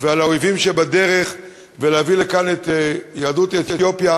ועל האויבים שבדרך ולהביא לכאן את יהדות אתיופיה,